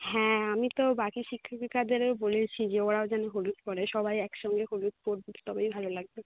হ্যাঁ আমি তো বাকি শিক্ষিকাদেরও বলেছি যে ওরাও যেন হলুদ পরে সবাই একসঙ্গে হলুদ পরবো তবেই ভালো লাগবে